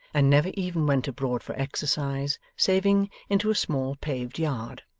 and never even went abroad for exercise saving into a small paved yard.